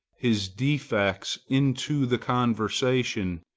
his defects, into the conversation,